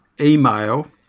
email